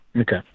okay